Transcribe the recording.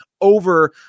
over